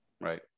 right